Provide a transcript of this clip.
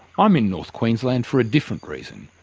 i'm in north queensland for a different reason,